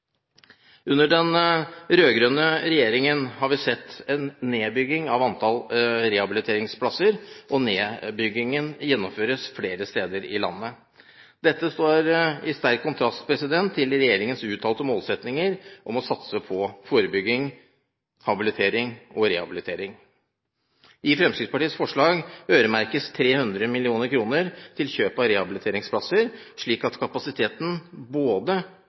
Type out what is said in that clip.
Under den rød-grønne regjeringen har vi sett en nedbygging av antall rehabiliteringsplasser, og nedbyggingen gjennomføres flere steder i landet. Dette står i sterk kontrast til regjeringens uttalte målsettinger om å satse på forebygging, habilitering og rehabilitering. I Fremskrittspartiets forslag øremerkes 300 mill. kr til kjøp av rehabiliteringsplasser, slik at kapasiteten hos både